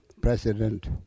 president